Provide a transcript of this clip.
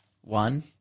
One